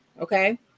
okay